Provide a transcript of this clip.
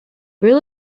real